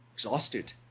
Exhausted